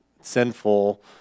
sinful